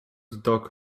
dog